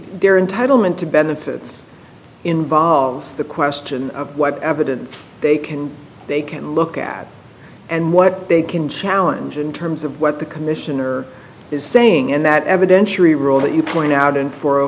their entitle ment to benefits involves the question of what evidence they can they can look at and what they can challenge in terms of what the commissioner is saying and that evidentiary role that you point out in four o